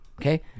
Okay